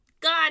God